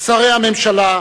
שרי הממשלה,